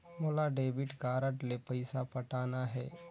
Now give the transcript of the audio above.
मोला debit card ले पइसा पटाना हे?